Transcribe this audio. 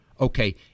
Okay